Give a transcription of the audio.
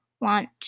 Want